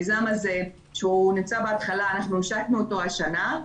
המיזם הזה נמצא בהתחלה, אנחנו השקנו אותו השנה.